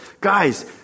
Guys